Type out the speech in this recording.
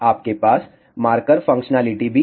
आप के पास मार्कर फंक्शनैलिटी भी है